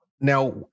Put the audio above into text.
now